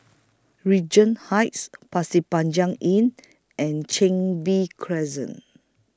Regent Heights Pasir Panjang Inn and Chin Bee Crescent